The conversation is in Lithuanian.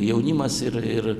jaunimas ir ir